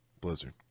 Blizzard